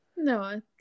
No